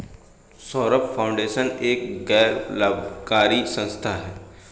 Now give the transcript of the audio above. Saurabh foundation एक गैर लाभकारी संस्था है